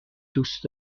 دوست